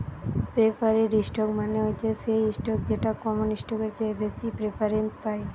preferred stock মানে হচ্ছে সেই স্টক যেটা কমন স্টকের চেয়ে বেশি প্রেফারেন্স পায়